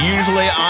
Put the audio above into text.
Usually